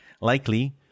Likely